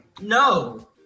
No